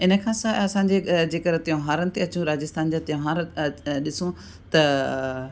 हिन खां सवाइ असांजे जेकरि त्योहारनि ते अचो राजस्थान जा त्योहार ॾिसूं त